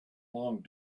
long